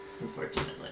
Unfortunately